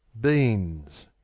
Beans